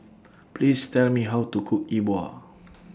Please Tell Me How to Cook E Bua